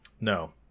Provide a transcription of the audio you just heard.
no